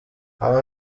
aho